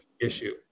issue